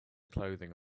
clothing